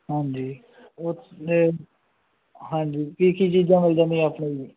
ਹਾਂਜੀ ਉਸਨੇ ਹਾਂਜੀ ਕੀ ਕੀ ਚੀਜ਼ਾਂ ਮਿਲ ਜਾਂਦੀਆਂ ਆਪਣੇ ਜੀ